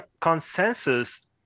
Consensus